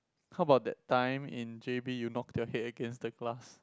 how about that time in j_b you knock your head against the glass